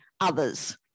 others